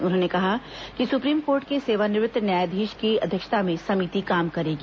उन्होंने कहा कि सुप्रीम कोर्ट के सेवानिवृत्त न्यायाधीश की अध्यक्षता में समिति काम करेगी